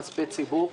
כספי ציבור.